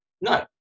No